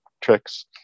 tricks